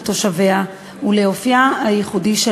לתושביה ולאופייה הייחודי.